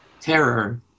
terror